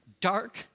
dark